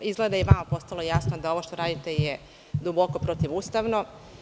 Izgleda da je i vama postalo jasno da ovo što radite je duboko protivustavno.